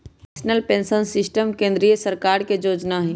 national pension system केंद्रीय सरकार के जोजना हइ